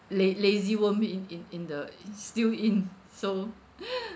la~ lazy worm in in in the it's still in so